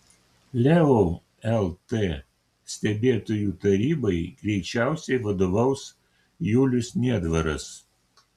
leo lt stebėtojų tarybai greičiausiai vadovaus julius niedvaras